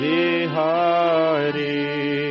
Vihari